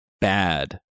bad